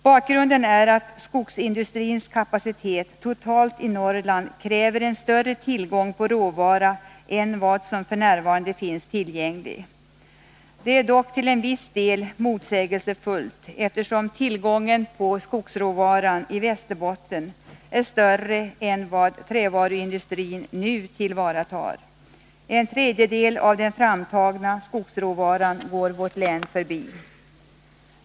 Bakgrunden är att skogsindustrins kapacitet totalt i Norrland kräver en större tillgång på råvara än vad som f. n. finns tillgänglig. Det är dock till en viss del motsägelsefullt eftersom tillgången på skogsråvara i Västerbotten är större än vad trävaruindustrin nu tillvaratar. En tredjedel av den framtagna skogsråvaran går vårt län förbi.